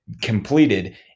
completed